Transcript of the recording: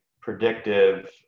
predictive